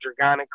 Dragonic